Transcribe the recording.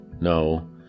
No